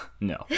no